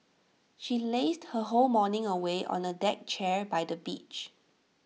she lazed her whole morning away on A deck chair by the beach